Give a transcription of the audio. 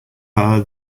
are